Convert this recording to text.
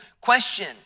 Question